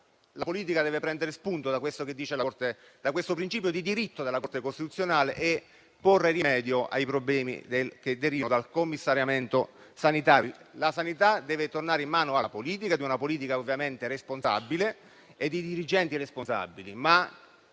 La politica deve dunque prendere spunto da questo principio di diritto enunciato dalla Corte costituzionale e porre rimedio ai problemi che derivano dal commissariamento sanitario. La sanità deve tornare in mano alla politica, a una politica e a dirigenti ovviamente responsabili,